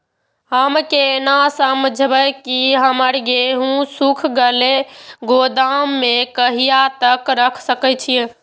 हम केना समझबे की हमर गेहूं सुख गले गोदाम में कहिया तक रख सके छिये?